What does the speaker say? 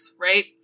right